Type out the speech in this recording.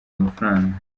amafaranga